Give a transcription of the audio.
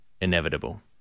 inevitable